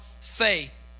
faith